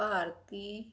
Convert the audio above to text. ਭਾਰਤੀ